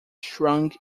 shunk